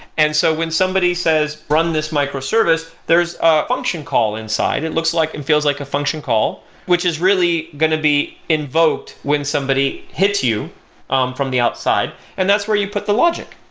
and so when somebody says run this microservice, there's a function call inside. it looks like and feels like a function call, which is really going to be invoked when somebody hits you um from the outside and that's where you put the logic.